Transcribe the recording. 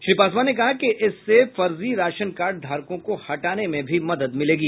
श्री पासवान ने कहा कि इससे फर्जी राशन कार्ड धारकों को हटाने में भी मदद मिलेगी